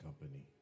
Company